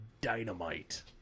dynamite